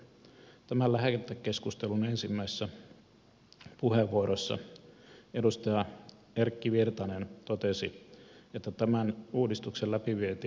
tämän lähetekeskustelun ensimmäisessä puheenvuorossa edustaja erkki virtanen totesi että tämän uudistuksen läpi vieminen vaatii uskoa